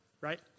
right